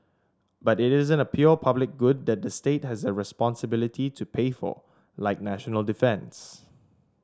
but it isn't a pure public good that the state has the responsibility to pay for like national defence